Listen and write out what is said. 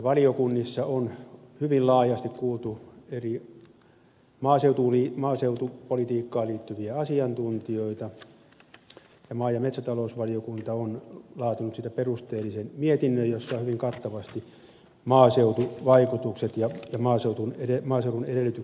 valiokunnissa on hyvin laajasti kuultu maaseutupolitiikkaan liittyviä eri asiantuntijoita ja maa ja metsätalousvaliokunta on laatinut selonteosta perusteellisen mietinnön jossa on hyvin kattavasti maaseutuvaikutukset ja maaseudun edellytykset otettu huomioon